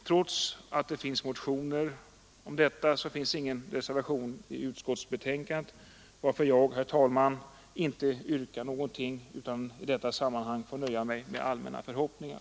Trots att det föreligger motioner om detta så finns ingen reservation i utskottsbetänkandet, varför jag, herr talman, i detta sammanhang får nöja mig med allmänna förhoppningar.